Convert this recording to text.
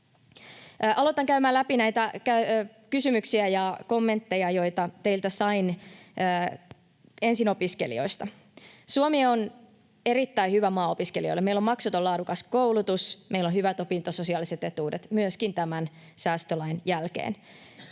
Aloitan käymään läpi näitä kysymyksiä ja kommentteja, joita teiltä sain — ensin opiskelijoista. Suomi on erittäin hyvä maa opiskelijoille. Meillä on maksuton, laadukas koulutus. Meillä on hyvät opintososiaaliset etuudet myöskin tämän säästölain jälkeen.